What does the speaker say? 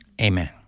Amen